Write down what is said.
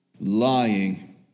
Lying